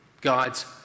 God's